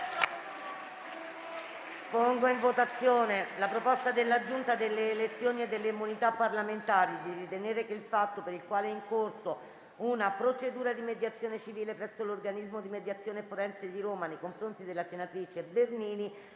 simultaneo della proposta della Giunta delle elezioni e delle immunità parlamentari di ritenere che il fatto, per il quale è in corso una procedura di mediazione civile presso l'Organismo di mediazione forense di Roma nei confronti della senatrice Anna